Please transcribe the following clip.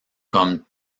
comme